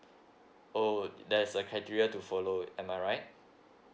oh there's a criteria to follow am I right